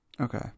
okay